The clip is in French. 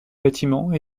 bâtiments